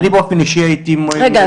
רגע,